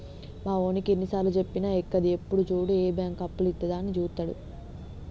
మావోనికి ఎన్నిసార్లుజెప్పినా ఎక్కది, ఎప్పుడు జూడు ఏ బాంకు అప్పులిత్తదా అని జూత్తడు